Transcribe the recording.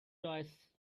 toys